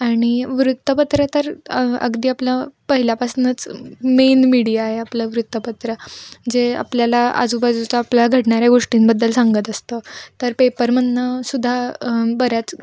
आणि वृत्तपत्र तर अगदी आपलं पहिल्यापासूनच मेन मीडिया आहे आपलं वृत्तपत्र जे आपल्याला आजूबाजूचा आपल्या घडणाऱ्या गोष्टींबद्दल सांगत असतं तर पेपरमधून सुद्धा बऱ्याच